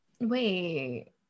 wait